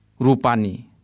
rupani